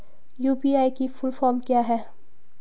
UPI की full form क्या है?